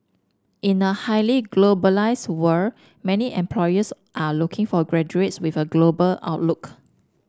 in a highly globalised world many employers are looking for graduates with a global outlook